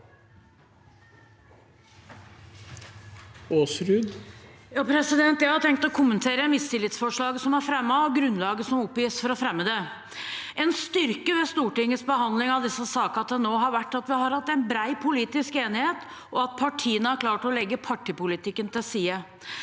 Jeg har tenkt å kom- mentere mistillitsforslaget som er fremmet, og grunnlaget som oppgis for å fremme det. En styrke ved Stortingets behandling av disse sakene til nå har vært at vi har hatt en bred politisk enighet, og at partiene har klart å legge partipolitikken til side.